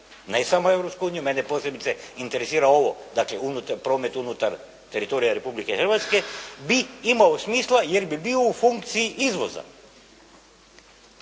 ne samo u Europsku uniju, mene posebice interesira ovo, dakle unutar promet, unutar teritorija Republike Hrvatske bi imao smisla, jer bi bio u funkciji izvoza.